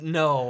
no